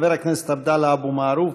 חבר הכנסת עבדאללה אבו מערוף,